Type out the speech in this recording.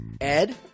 Ed